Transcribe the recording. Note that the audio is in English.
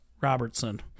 Robertson